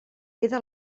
queda